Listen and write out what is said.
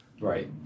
Right